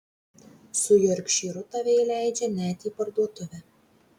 su jorkšyru tave įleidžia net į parduotuvę